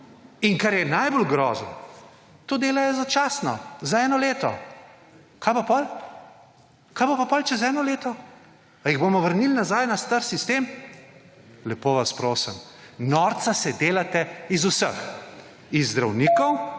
in kar je najbolj grozno to delajo začasno za eno leto kaj pa potem, kaj bo pa, potem čez eno leto? Ali jih bomo vrnili nazaj na star sistem? Lepo vas prosim. Norca se delate iz vseh. Iz zdravnikov,